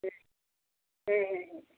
हूँ हूँ हूँ हूँ